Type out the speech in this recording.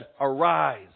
Arise